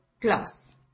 class